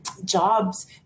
jobs